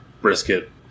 brisket